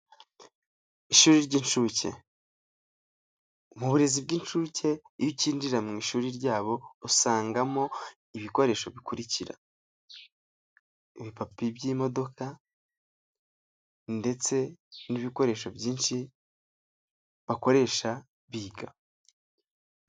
Ishuri ry'inshuke. Mu burezi bw'inshuke iyo ukinyinjira mu ishuri ryabo, usangamo ibikoresho bikurikira: ibipape by'imodoka, ndetse n'ibikoresho byinshi bakoresha biga.